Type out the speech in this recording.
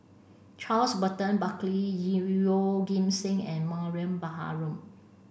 Charles Burton Buckley Yeoh Ghim Seng and Mariam Baharom